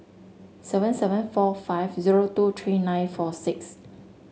seven seven four five zero two three nine four six